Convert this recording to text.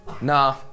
Nah